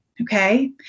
Okay